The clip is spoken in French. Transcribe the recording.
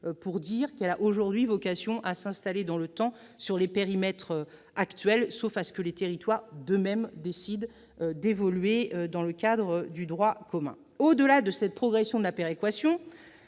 pour dire qu'elle a aujourd'hui vocation à s'installer dans le temps dans les périmètres actuels, sauf à ce que les territoires, d'eux-mêmes, décident d'évoluer dans le cadre du droit commun. Au-delà de cette progression de la péréquation,